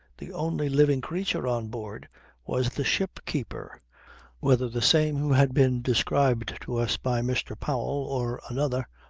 the only living creature on board was the ship-keeper whether the same who had been described to us by mr. powell, or another,